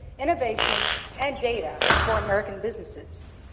innovation and data for american businesses.